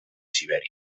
sibèria